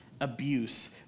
abuse